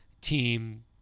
team